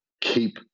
Keep